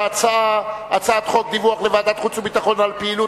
ההצעה להעביר את הצעת חוק דיווח לוועדת החוץ והביטחון על פעילות